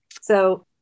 So-